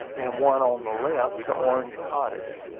and one on the left to orange cottage,